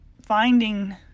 finding